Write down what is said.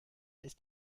ist